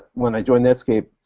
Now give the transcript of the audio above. when i joined netscape,